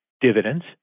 dividends